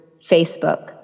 Facebook